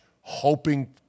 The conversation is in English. hoping